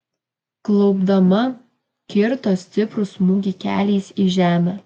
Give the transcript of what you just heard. klaupdama kirto stiprų smūgį keliais į žemę